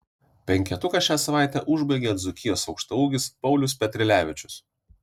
penketuką šią savaitę užbaigia dzūkijos aukštaūgis paulius petrilevičius